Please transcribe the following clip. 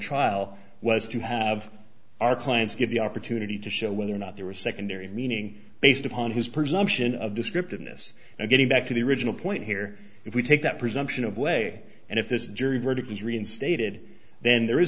trial was to have our clients give the opportunity to show whether or not there was a secondary meaning based upon his presumption of descriptive ness and getting back to the original point here if we take that presumption of way and if this jury verdict is reinstated then there is